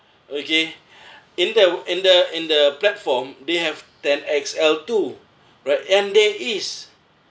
okay in the in the in the platform they have ten X_L too right and there is